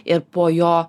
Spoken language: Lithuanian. ir po jo